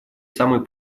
самой